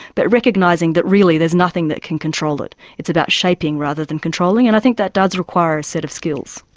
but recognising that really there's nothing that can control it. it's about shaping rather than controlling, and i think that does require a set of skills.